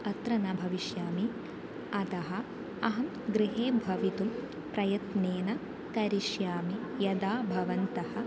अत्र न भविष्यामि अतः अहं गृहे भवितुं प्रयत्नेन करिष्यामि यदा भवन्तः